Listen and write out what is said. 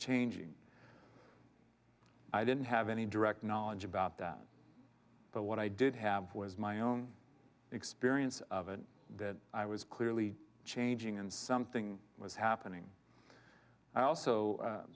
changing i didn't have any direct knowledge about that but what i did have was my own experience of it that i was clearly changing and something was happening i also